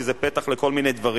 כי זה פתח לכל מיני דברים.